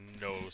no